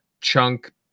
chunk